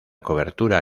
cobertura